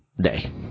day